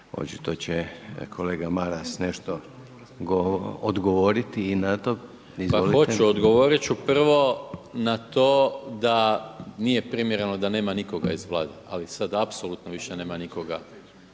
će kolega Maras odgovoriti i na to. Izvolite. **Maras, Gordan (SDP)** Pa hoću. Odgovorit ću prvo na to da nije primjereno da nema nikoga iz Vlade, ali sad apsolutno više nema nikoga